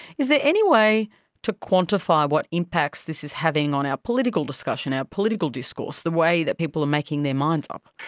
is there any way to quantify what impacts this is having on our political discussion, our political discourse, the way that people are making their minds up?